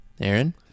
Aaron